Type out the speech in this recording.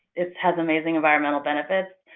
it has amazing environmental benefits.